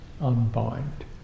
unbind